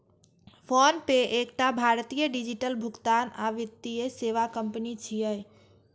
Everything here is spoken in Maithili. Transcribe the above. फोनपे एकटा भारतीय डिजिटल भुगतान आ वित्तीय सेवा कंपनी छियै